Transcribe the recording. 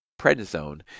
prednisone